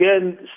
again